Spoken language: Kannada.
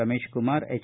ರಮೇಶ್ಕುಮಾರ್ ಎಚ್